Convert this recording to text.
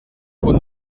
con